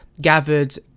gathered